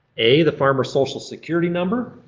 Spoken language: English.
a, the farmer's social security number.